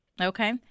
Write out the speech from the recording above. Okay